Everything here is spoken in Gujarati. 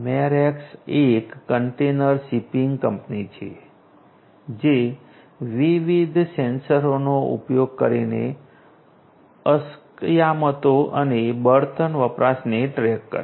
Maersk એક કન્ટેનર શિપિંગ કંપની છે જે વિવિધ સેન્સરનો ઉપયોગ કરીને અસ્કયામતો અને બળતણ વપરાશને ટ્રેક કરે છે